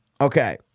Okay